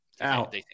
out